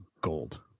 gold